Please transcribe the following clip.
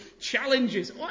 challenges